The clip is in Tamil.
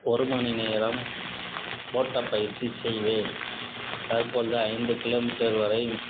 ஒரு மணி நேரம் ஓட்டப் பயிற்சி செய்வேன் தற்பொழுது ஐந்து கிலோமீட்டர் வரை